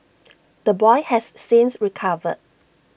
the boy has since recovered